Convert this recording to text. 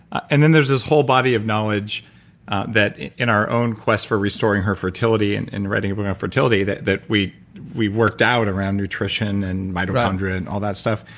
and then there's this whole body of knowledge that in our own quest for restoring her fertility and and writing a book on fertility that that we we worked out around nutrition and mitochondria and all that stuff,